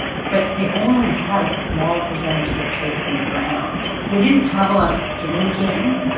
but they only had a small percentage of the pipes in the ground, so they didn't have a lot of skin in the game.